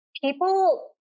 people